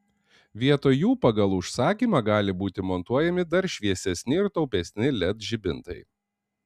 vietoj jų pagal užsakymą gali būti montuojami dar šviesesni ir taupesni led žibintai